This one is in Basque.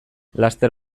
laster